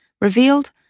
revealed